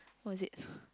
what is it